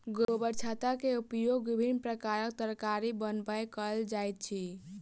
गोबरछत्ता के उपयोग विभिन्न प्रकारक तरकारी बनबय कयल जाइत अछि